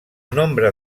nombre